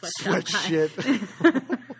Sweatshit